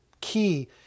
key